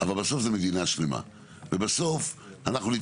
אבל בסוף זו מדינה שלמה.